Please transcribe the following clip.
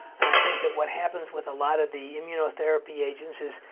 and i think that what happens with a lot of the immunotherapy agents is,